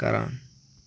کَران